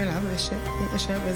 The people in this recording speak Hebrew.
להודיעכם, כי